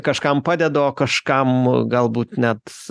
kažkam padeda o kažkam galbūt net